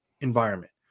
environment